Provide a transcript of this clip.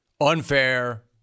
unfair